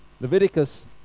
Leviticus